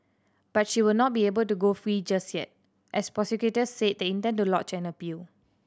but she will not be able to go free just yet as prosecutors said they intend to lodge an appeal